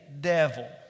devil